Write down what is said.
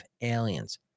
aliens